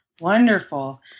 Wonderful